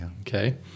Okay